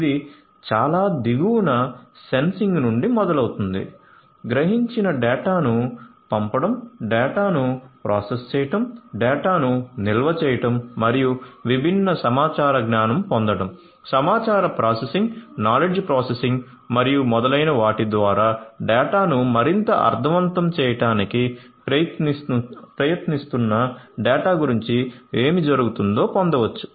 ఇది చాలా దిగువన సెన్సింగ్ నుండి మొదలవుతుంది గ్రహించిన డేటాను పంపడం డేటాను ప్రాసెస్ చేయడం డేటాను నిల్వ చేయడం మరియు విభిన్న సమాచార జ్ఞానం పొందడం సమాచార ప్రాసెసింగ్ నాలెడ్జ్ ప్రాసెసింగ్ మరియు మొదలైన వాటి ద్వారా డేటాను మరింత అర్ధవంతం చేయడానికి ప్రయత్నిస్తున్న డేటా గురించి ఏమి జరుగుతుందో పొందవచ్చు